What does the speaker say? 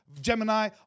Gemini